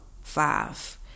five